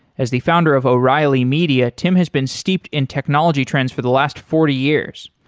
as the founder of o'reilly media, tim has been steeped in technology trends for the last forty years.